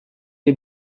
les